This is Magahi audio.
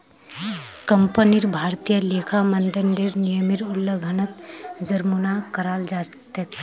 कंपनीक भारतीय लेखा मानदंडेर नियमेर उल्लंघनत जुर्माना लगाल जा तेक